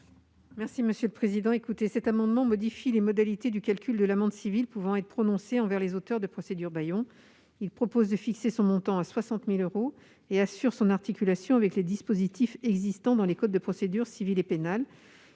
de la commission ? Cet amendement vise à modifier les modalités du calcul de l'amende civile pouvant être prononcée envers les auteurs de procédures bâillons. Il a pour objet de fixer son montant à 60 000 euros et d'assurer son articulation avec les dispositifs existants dans les codes de procédure civile et pénale.